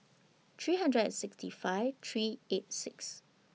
three hundred and sixty five three eight six